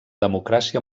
democràcia